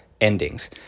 endings